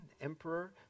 emperor